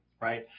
right